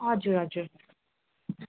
हजुर हजुर